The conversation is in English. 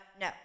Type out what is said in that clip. no